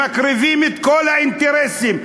מקריבים את כל האינטרסים,